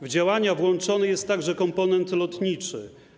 W działania włączony jest także komponent lotniczy.